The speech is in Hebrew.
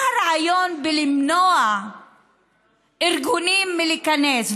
מה הרעיון למנוע מארגונים להיכנס?